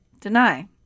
deny